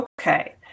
Okay